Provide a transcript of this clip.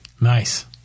Nice